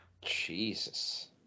Jesus